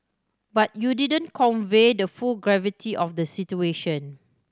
but you didn't convey the full gravity of the situation